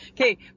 Okay